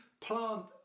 plant